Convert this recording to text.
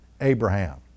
Abraham